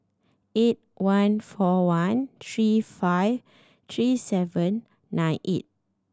eight one four one three five three seven nine eight